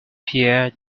pierre